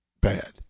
bad